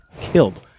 killed